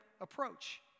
approach